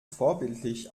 vorbildlich